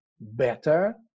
better